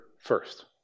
first